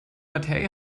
materie